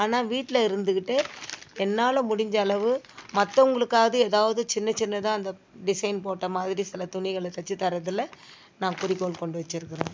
ஆனால் வீட்டில் இருந்துகிட்டே என்னால் முடிஞ்சளவு மற்றவுங்களுக்காது ஏதாவது சின்ன சின்னதாக அந்த டிசைன் போட்ட மாதிரி சில துணிகளை தைச்சி தர்றதில் நான் குறிக்கோள் கொண்டு வச்சுருக்குறேன்